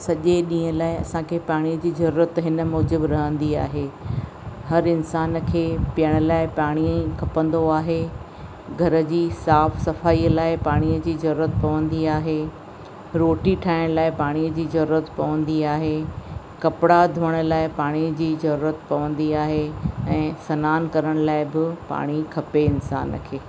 सॼे ॾींहं लाइ असांखे पाणी जी ज़रूरत हिन मौजब रहंदी आहे हर इंसान खे पीअण लाइ पाणी ई खपंदो आहे घर जी साफ़ सफ़ाईअ लाइ पाणीअ जी ज़रूरत पवंदी आहे रोटी ठाहिण लाइ पाणीअ जी ज़रूरत पवंदी आहे कपड़ा धोअण लाइ पाणीअ जी ज़रूरत पवंदी आहे ऐं सनानु करण लाइ बि पाणी खपे इंसान खे